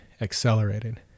accelerated